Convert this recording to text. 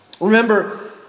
Remember